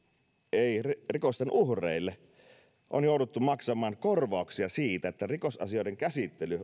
ei rikosten uhreille on jouduttu maksamaan korvauksia siitä että rikosasioiden käsittelyt